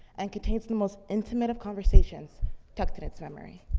and contains the most intimate of conversations tucked in its memory.